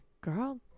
Girl